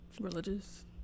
Religious